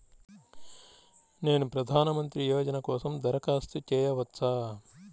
నేను ప్రధాన మంత్రి యోజన కోసం దరఖాస్తు చేయవచ్చా?